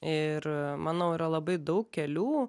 ir manau yra labai daug kelių